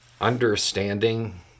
Understanding